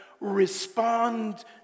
respond